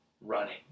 running